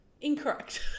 incorrect